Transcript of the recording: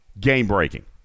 game-breaking